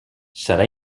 serà